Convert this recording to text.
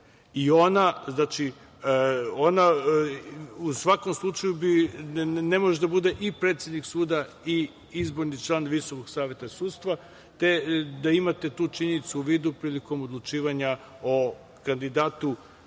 godine. Ona u svakom slučaju ne može da bude i predsednik suda i izborni član Visokog saveta sudstva, te da imate tu činjenicu u vidu prilikom odlučivanja o kandidatu